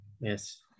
Yes